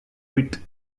wit